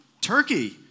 Turkey